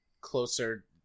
closer